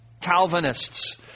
Calvinists